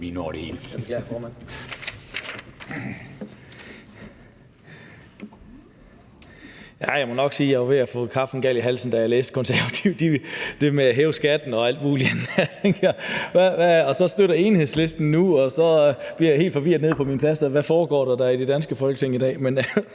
må nok sige, at jeg var ved at få kaffen galt i halsen, da jeg læste det med, at De Konservative ville give lov til at hæve skatten og alt muligt andet. Så støtter Enhedslisten det nu, og så bliver jeg helt forvirret nede på min plads og tænker: Hvad foregår der i det danske Folketing i dag?